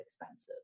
expensive